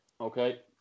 Okay